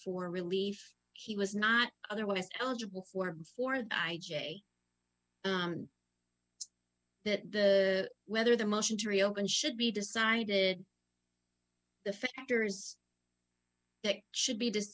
for relief he was not otherwise eligible for for the i j that the whether the motion to reopen should be decided the factors that should be this